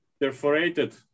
perforated